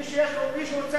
מי שרוצה